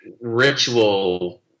ritual